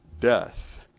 death